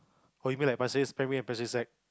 or you mean like Pasir-Ris primary and Pasir-Ris sec